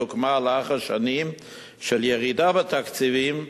הוקמה לאחר שנים של ירידה בתקציבים והזנחה.